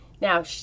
Now